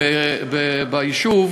ביישוב,